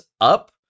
up